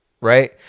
right